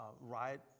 riot